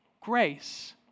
grace